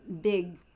big